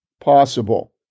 possible